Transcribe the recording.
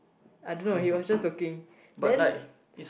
I don't know he was just looking then